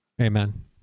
Amen